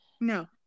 no